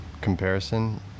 comparison